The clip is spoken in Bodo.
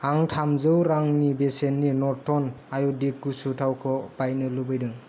आं थामजौ रांनि बेसेननि नत्न आयुदिक गुसु थावखौ बायनो लुबैदों